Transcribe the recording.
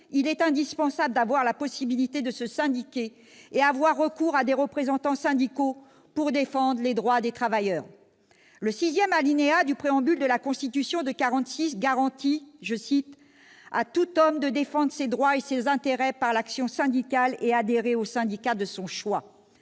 il est indispensable de garantir aux travailleurs la possibilité de se syndiquer et d'avoir recours à des représentants syndicaux pour défendre leurs droits. Le sixième alinéa du Préambule de la Constitution de 1946 garantit que « Tout homme peut défendre ses droits et ses intérêts par l'action syndicale et adhérer au syndicat de son choix ».